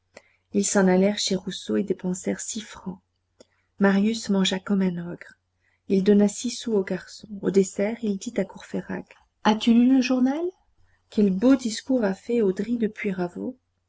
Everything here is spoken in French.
ils s'en allèrent chez rousseau et dépensèrent six francs marius mangea comme un ogre il donna six sous au garçon au dessert il dit à courfeyrac as-tu lu le journal quel beau discours a fait audry de